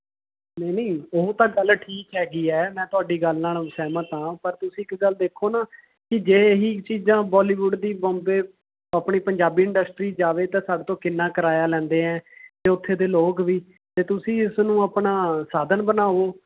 ਨਹੀਂ ਨਹੀਂ ਉਹ ਤਾਂ ਗੱਲ ਠੀਕ ਹੈਗੀ ਹੈ ਮੈਂ ਤੁਹਾਡੀ ਗੱਲ ਨਾਲ਼ ਸਹਿਮਤ ਹਾਂ ਪਰ ਤੁਸੀਂ ਇੱਕ ਗੱਲ ਦੇਖੋ ਨਾ ਕਿ ਜੇ ਇਹੀ ਚੀਜ਼ਾਂ ਬੋਲੀਵੁੱਡ ਦੀ ਬੰਬੇ ਆਪਣੀ ਪੰਜਾਬੀ ਇੰਡਸਟਰੀ ਜਾਵੇ ਤਾਂ ਸਾਡੇ ਤੋਂ ਕਿੰਨਾ ਕਿਰਾਇਆ ਲੈਂਦੇ ਹੈ ਅਤੇ ਉੱਥੋਂ ਤੇ ਲੋਕ ਵੀ ਤੇ ਤੁਸੀਂ ਇਸ ਨੂੰ ਅਪਣਾ ਸਾਧਨ ਬਣਾਉ